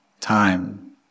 time